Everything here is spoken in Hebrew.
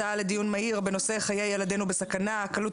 הצעה לדיון מהיר בנושא: חיי ילדינו בסכנה: הקלות